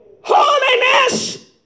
Holiness